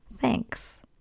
Thanks